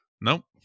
Nope